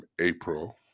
April